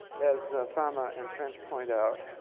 as fama and french point out,